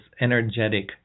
energetic